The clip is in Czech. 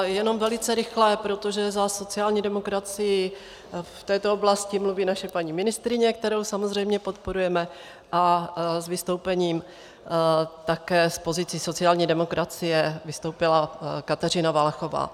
Jenom velice rychle, protože za sociální demokracii v této oblasti mluví naše paní ministryně, kterou samozřejmě podporujeme, a s vystoupením také z pozice sociální demokracie vystoupila Kateřina Valachová.